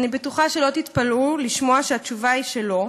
אני בטוחה שלא תתפלאו לשמוע שהתשובה היא שלא.